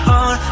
on